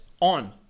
on